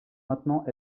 maintenant